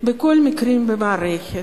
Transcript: בכל המקרים במערכת,